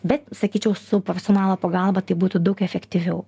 bet sakyčiau su profesionalo pagalba tai būtų daug efektyviau